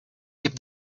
keep